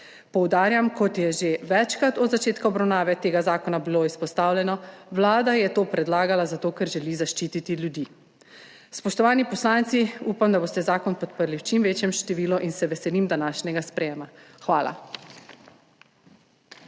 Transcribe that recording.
Poudarjam, kot je bilo že večkrat od začetka obravnave tega zakona izpostavljeno, Vlada je to predlagala zato, ker želi zaščititi ljudi. Spoštovani poslanci, upam, da boste zakon podprli v čim večjem številu, in se veselim današnjega sprejetja. Hvala.